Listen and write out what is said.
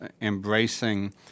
embracing